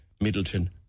Middleton